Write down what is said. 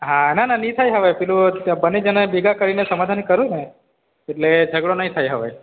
હા ના ના નહીં થાય હવે પેલું બને જણને ભેગા કરીને સમાધાન કરું ને એટલે ઝગડો નહીં થાય હવે